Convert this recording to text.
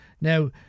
Now